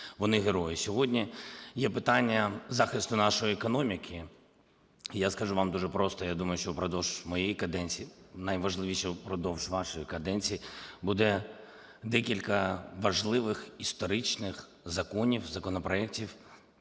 вони герої. Сьогодні є питання захисту нашої економіки. Я скажу вам дуже просто. Я думаю, що впродовж моєї каденції, найважливіше – впродовж вашої каденції, буде декілька важливих історичних законів, законопроектів,